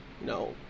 No